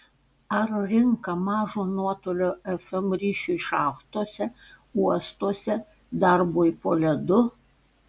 ar rinka mažo nuotolio fm ryšiui šachtose uostuose darbui po ledu